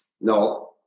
No